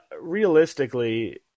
realistically